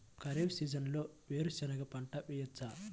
ఖరీఫ్ సీజన్లో వేరు శెనగ పంట వేయచ్చా?